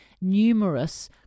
numerous